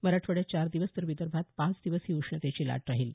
मराठवाड्यात चार दिवस तर विदर्भात पाच दिवस ही उष्णतेची लाट राहील